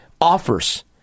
offers